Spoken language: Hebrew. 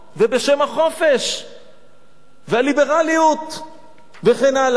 ובשם החופש והליברליות וכן הלאה.